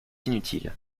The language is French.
inutile